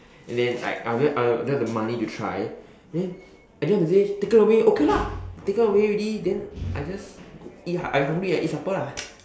and then like if I don't have the money to try then at the end of the day taken away okay lah taken away already I hungry I eat supper